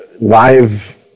live